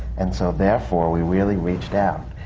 and so therefore, we really reached out.